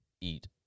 eat